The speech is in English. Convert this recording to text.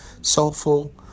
soulful